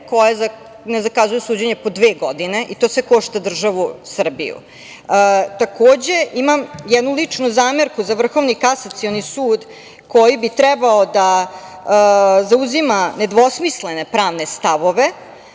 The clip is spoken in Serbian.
koji ne zakazuju suđenja po dve godine, to sve košta državu Srbiju. Takođe, imam jednu ličnu zamerku za Vrhovni kasacioni sud koji bi trebao da zauzima nedvosmislene pravne stavove,